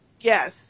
Yes